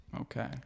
Okay